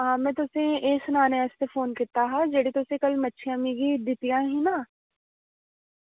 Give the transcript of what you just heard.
आं में तुसेंगी एह् सनानै आस्तै फोन कीता हा कि जेह्ड़ियां कल्ल तुसें मिगी मच्छियां दित्तियां हियां